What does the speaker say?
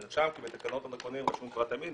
זה נרשם כי בתקנות רשום פרט המין.